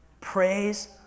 Praise